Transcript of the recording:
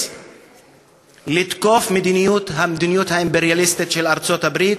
לתקוף את המדיניות האימפריאליסטית של ארצות-הברית,